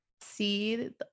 see